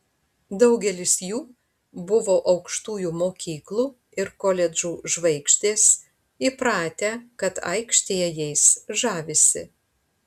daugelis jų buvo aukštųjų mokyklų ir koledžų žvaigždės įpratę kad aikštėje jais žavisi